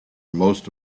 most